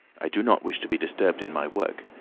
i do not wish to be disturbed in my work.